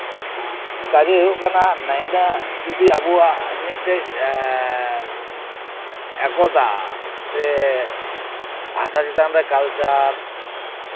ᱚᱱᱠᱟᱜᱮ ᱦᱩᱭᱩᱜ ᱠᱟᱱᱟ ᱱᱟᱣᱟᱱᱟᱜ ᱡᱚᱫᱤ ᱟᱵᱚᱣᱟᱜ ᱢᱤᱫᱴᱮᱡ ᱮᱠᱚᱛᱟ ᱥᱮ ᱵᱷᱟᱥᱟ ᱪᱮᱛᱟᱱᱨᱮ ᱠᱟᱞᱪᱟᱨ